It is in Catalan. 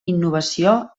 innovació